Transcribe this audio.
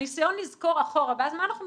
הניסיון לזכור אחורה, ואז מה אנחנו מצפים?